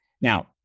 Now